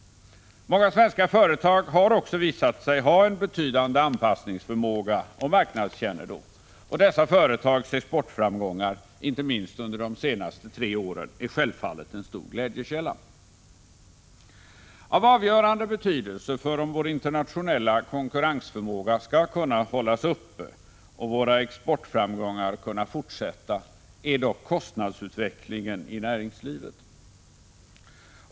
Många svenska företag har också visat sig ha en betydande anpassningsförmåga och marknadskännedom, och dessa företags exportframgångar, inte minst under de tre senaste åren, är självfallet en stor glädjekälla. Av avgörande betydelse för om vår internationella konkurrensförmåga skall kunna hållas uppe och våra exportframgångar kunna fortsätta är dock kostnadsutvecklingen i näringslivet.